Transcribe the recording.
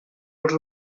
els